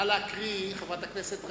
חברת הכנסת רגב,